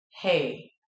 Hey